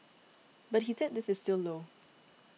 but he said this is still low